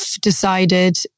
decided